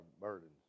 burdens